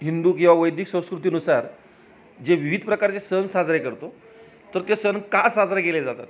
हिंदू किंवा वैदिक संस्कृतीनुसार जे विविध प्रकारचे सण साजरे करतो तर ते सण का साजरे केले जातात